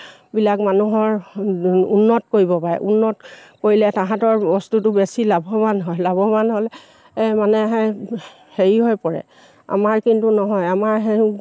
বিলাক মানুহৰ উন্নত কৰিব পাৰে উন্নত কৰিলে তাহাঁতৰ বস্তুটো বেছি লাভৱান হয় লাভৱান হ'লে মানে সে হেৰি হৈ পৰে আমাৰ কিন্তু নহয় আমাৰ সেই